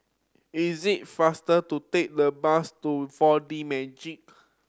is the faster to take the bus to Four D Magix